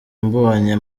mbonye